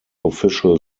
official